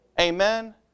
Amen